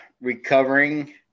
recovering